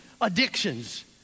addictions